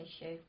issue